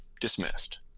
Dismissed